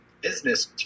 business